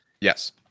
Yes